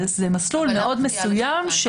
זה מסלול מאוד מסוים.